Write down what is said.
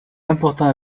important